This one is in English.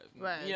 Right